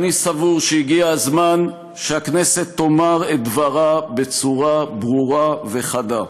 אני סבור שהגיע הזמן שהכנסת תאמר את דברה בצורה ברורה וחדה.